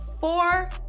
four